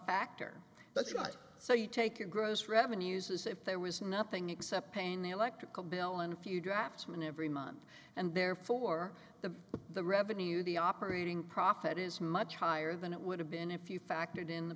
right so you take a gross revenues as if there was nothing except pain the electrical bill and a few draftsman every month and therefore the the revenue the operating profit is much higher than it would have been a few factored in